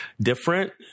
different